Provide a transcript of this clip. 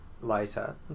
later